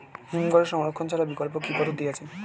হিমঘরে সংরক্ষণ ছাড়া বিকল্প কি পদ্ধতি আছে?